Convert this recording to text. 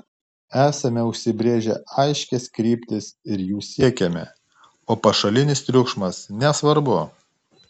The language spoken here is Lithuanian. esame užsibrėžę aiškias kryptis ir jų siekiame o pašalinis triukšmas nesvarbu